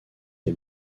les